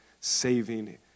saving